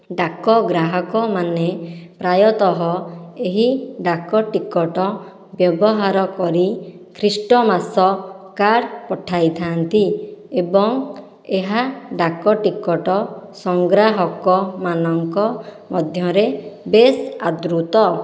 ଡାକ ଗ୍ରାହକମାନେ ପ୍ରାୟତଃ ଏହି ଡାକ ଟିକଟ ବ୍ୟବହାର କରି ଖ୍ରୀଷ୍ଟମାସ କାର୍ଡ଼ ପଠାଇଥାନ୍ତି ଏବଂ ଏହା ଡାକ ଟିକଟ ସଂଗ୍ରାହକମାନଙ୍କ ମଧ୍ୟରେ ବେଶ୍ ଆଦୃତ